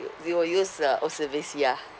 you will use uh O_C_B_C ah